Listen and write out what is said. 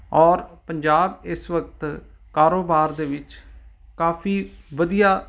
ਔਰ ਪੰਜਾਬ ਇਸ ਵਕਤ ਕਾਰੋਬਾਰ ਦੇ ਵਿੱਚ ਕਾਫੀ ਵਧੀਆ